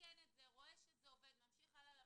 מתקן וממשיך הלאה.